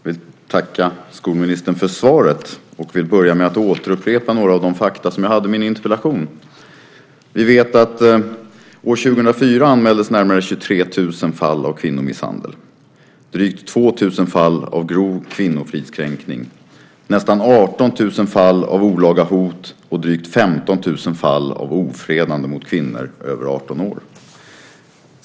Herr talman! Jag tackar skolministern för svaret. Jag vill börja med att upprepa några av de fakta jag hade i min interpellation. Vi vet att det år 2004 anmäldes närmare 23 000 fall av kvinnomisshandel, drygt 2 000 fall av grov kvinnofridskränkning, nästan 18 000 fall av olaga hot och drygt 15 000 fall av ofredande mot kvinnor över 18 år.